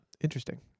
Interesting